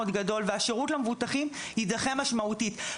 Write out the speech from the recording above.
גדול והשירות למבוטחים יידחה משמעותית.